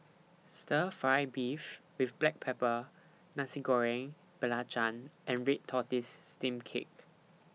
Stir Fry Beef with Black Pepper Nasi Goreng Belacan and Red Tortoise Steamed Cake